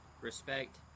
respect